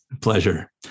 Pleasure